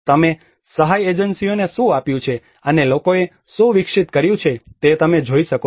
તમે સહાય એજન્સીને શું આપ્યું છે અને લોકોએ શું વિકસિત કર્યું છે તે તમે જોઈ શકો છો